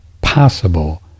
possible